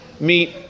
Meet